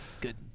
good